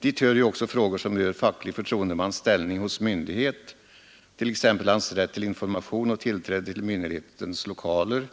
Dit hör också frågor som rör facklig förtroendemans ställning hos myndighet, t.ex. hans rätt till information och tillträde till myndighetens lokaler,